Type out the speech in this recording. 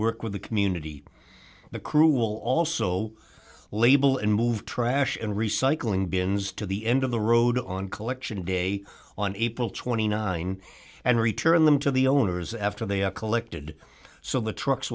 work with the community the crew will also label and move trash and recycling bins to the end of the road on collection day on april twenty nine and return them to the owners after they are collected so the trucks